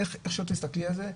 איך שלא תסתכלי על זה,